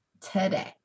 today